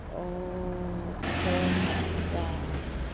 অঁ ওঠৰ হাজাৰ